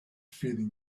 feeling